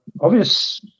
obvious